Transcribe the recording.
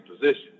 position